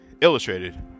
illustrated